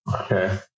okay